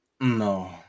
No